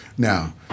Now